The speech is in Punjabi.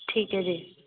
ਠੀਕ ਹੈ ਜੀ